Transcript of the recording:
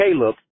Caleb